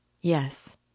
Yes